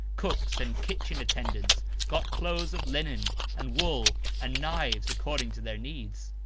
cooks and kitchen-attendants got clothes of linen and wool and knives according to their needs.